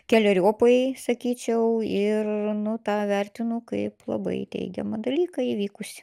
keleriopai sakyčiau ir nu tą vertinu kaip labai teigiamą dalyką įvykusį